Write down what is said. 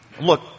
look